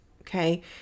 Okay